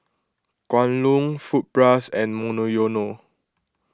Kwan Loong Fruit Plus and Monoyono